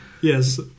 Yes